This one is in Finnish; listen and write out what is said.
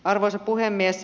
arvoisa puhemies